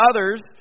others